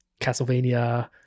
Castlevania